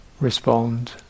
respond